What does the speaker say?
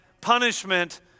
punishment